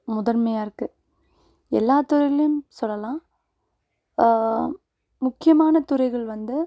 முதன்மையாக இருக்குது எல்லாத் துறையிலேயும் சொல்லலாம் முக்கியமான துறைகள் வந்து